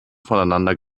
voneinander